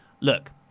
Look